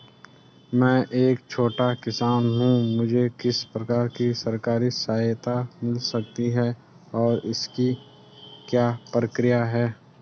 मैं एक छोटा किसान हूँ मुझे किस प्रकार की सरकारी सहायता मिल सकती है और इसकी क्या प्रक्रिया है?